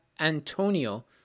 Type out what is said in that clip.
Antonio